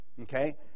Okay